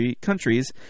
countries